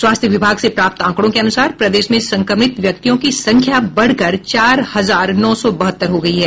स्वास्थ्य विभाग से प्राप्त आंकड़ों के अनुसार प्रदेश में संक्रमित व्यक्तियों की संख्या बढ़कर चार हजार नौ सौ बहत्तर हो गयी है